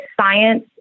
science